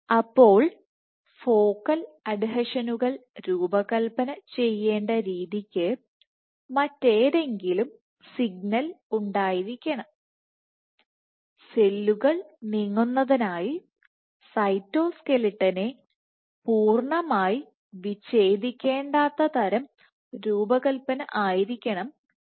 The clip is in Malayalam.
അപ്പോൾ ഫോക്കൽ അഡ്ഹെഷനുകൾ രൂപകൽപ്പന ചെയ്യേണ്ട രീതിക്ക്മറ്റേതെങ്കിലും സിഗ്നൽ ഉണ്ടായിരിക്കണം സെല്ലുകൾ നീങ്ങുന്നതിനായി സൈറ്റോസ്കെലിട്ടണേ പൂർണ്ണമായും വിച്ഛേദിക്കേണ്ടാത്ത തരം രൂപകല്പന ആയിരിക്കണം അത്